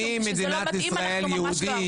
כשזה לא מתאים, אנחנו ממש לא ארצות הברית.